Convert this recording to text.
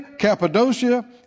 Cappadocia